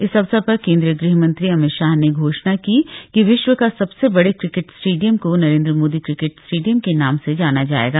इस अवसर पर केन्द्रीय गृह मंत्री अमित शाह ने घोषणा की कि विश्व का सबसे बड़े क्रिकेट स्टेडियम को नरेन्द्र मोदी क्रिकेट स्टेडियम के नाम से जाना जायेगा